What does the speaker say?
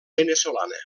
veneçolana